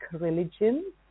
religion